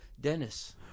Dennis